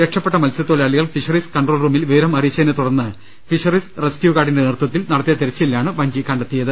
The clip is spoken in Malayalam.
രക്ഷപ്പെട്ട മത്സ്യത്തൊഴിലാളികൾ ഫിഷറീസ് കൺട്രോൾ റൂമിൽ വിവരം അറിയിച്ചതിനെ തുടർന്ന് ഫിഷറീസ് റസ്ക്യു ഗാർഡിന്റെ നേതൃത്വത്തിൽ നടത്തിയ തെരച്ചിലിലാണ് വഞ്ചി കണ്ടെത്തിയത്